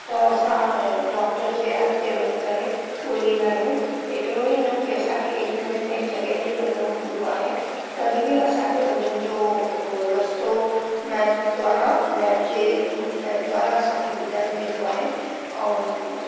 त असां डॉक्टर जे एप ते वञी करे ॻोल्हिंदा आहियूं एतिरो ही न की असांखे केॾी महिल कंहिं जॻहि ते वञणो हूंदो आहे तॾहिं बि असांखे हुननि जो रस्तो मैप द्वारा मेप जे थ्रू मैप द्वारा असांखे ॿुधायो वेंदो आहे ऐं